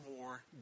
more